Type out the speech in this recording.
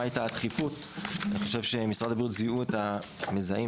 מה הייתה הדחיפות במשרד הבריאות מכירים